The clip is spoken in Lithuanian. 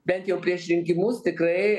bent jau prieš rinkimus tikrai